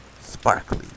sparkly